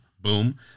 Boom